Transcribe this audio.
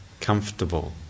comfortable